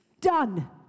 Done